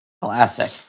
Classic